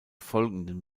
folgenden